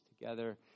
together